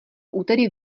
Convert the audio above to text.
úterý